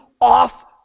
off